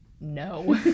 no